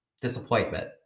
disappointment